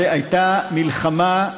זאת הייתה מלחמה.